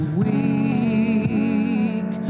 weak